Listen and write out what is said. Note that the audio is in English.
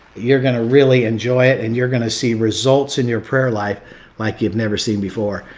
you're going to really enjoy it and you're going to see results in your prayer life like you've never seen before.